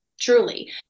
truly